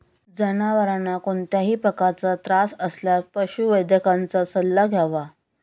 जनावरांना कोणत्याही प्रकारचा त्रास असल्यास पशुवैद्यकाचा सल्ला घ्यावा